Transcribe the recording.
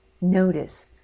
Notice